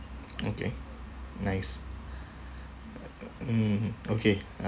okay nice mm okay